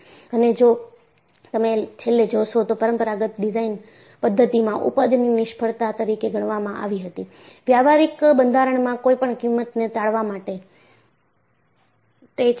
અને જો તમે છેલ્લે જોશો તો પરંપરાગત ડિઝાઇન પદ્ધતિમાં ઊપજની નિષ્ફળતા તરીકે ગણવામાં આવી હતી વ્યવહારિક બંધારણમાં કોઈપણ કિંમતને ટાળવા માટે છે